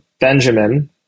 Benjamin